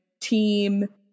team